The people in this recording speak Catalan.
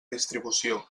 distribució